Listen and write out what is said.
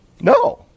No